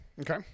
okay